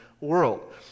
world